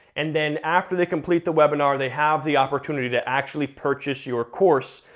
and then after they complete the webinar they have the opportunity to actually purchase your course,